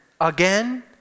again